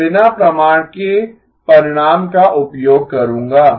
मैं बिना प्रमाण के परिणाम का उपयोग करूंगा